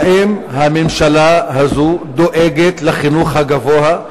האם הממשלה הזאת דואגת לחינוך הגבוה?